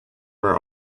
were